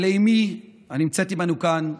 לאימי, הנמצאת עימנו כאן,